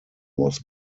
was